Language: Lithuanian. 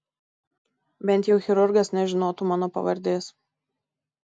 bent jau chirurgas nežinotų mano pavardės